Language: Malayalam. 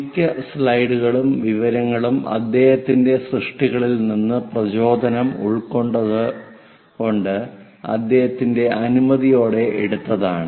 മിക്ക സ്ലൈഡുകളും വിവരങ്ങളും അദ്ദേഹത്തിന്റെ സൃഷ്ടികളിൽ നിന്ന് പ്രചോദനം ഉൾക്കൊണ്ട് അദ്ദേഹത്തിന്റെ അനുമതിയോടെ എടുത്തതാണ്